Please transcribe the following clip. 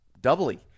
doubly